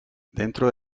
dentro